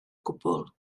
gwbl